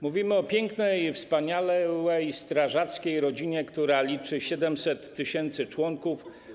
Mówimy o pięknej, wspaniałej strażackiej rodzinie, która liczy 700 tys. członków.